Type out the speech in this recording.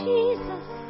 Jesus